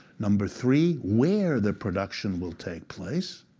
number three, where the production will take place.